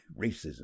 Racism